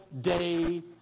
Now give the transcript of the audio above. day